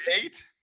eight